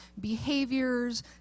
Behaviors